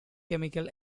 chemical